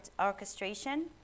orchestration